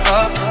up